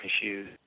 issues